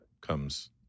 comes